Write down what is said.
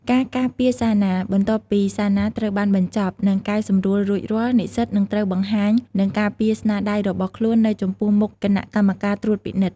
ការការពារសារណា បន្ទាប់ពីសារណាត្រូវបានបញ្ចប់ និងកែសម្រួលរួចរាល់ និស្សិតនឹងត្រូវបង្ហាញ និងការពារស្នាដៃរបស់ខ្លួននៅចំពោះមុខគណៈកម្មការត្រួតពិនិត្យ។